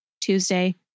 Tuesday